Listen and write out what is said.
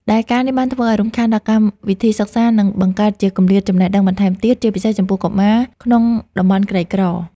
ដែលការណ៍នេះបានធ្វើឱ្យរំខានដល់កម្មវិធីសិក្សា និងបង្កើតជាគម្លាតចំណេះដឹងបន្ថែមទៀត ជាពិសេសចំពោះកុមារក្នុងតំបន់ក្រីក្រ។